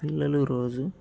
పిల్లలు రోజు